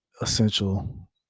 essential